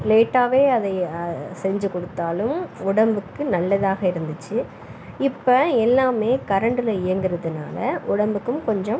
லேட்டாவே அதை செஞ்சுக் கொடுத்தாலும் உடம்புக்கு நல்லதாக இருந்துச்சு இப்போ எல்லாம் கரண்டில் இயங்குறதுனால உடம்புக்கும் கொஞ்சம்